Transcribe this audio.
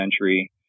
century